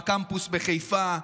בקמפוס בחיפה,